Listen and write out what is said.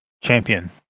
champion